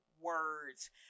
words